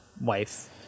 wife